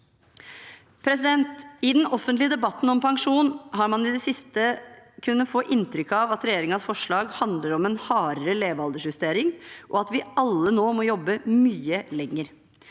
vårt. I den offentlige debatten om pensjon har man i det siste kunnet få inntrykk av at regjeringens forslag handler om en hardere levealdersjustering, og at vi alle nå må jobbe mye lenger.